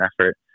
effort